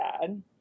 dad